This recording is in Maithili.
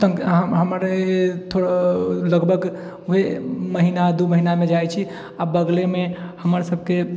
हमर थोड़ा लगभग उहे महिना दू महिनामे जाइ छी आ बगलेमे हमर सबकेँ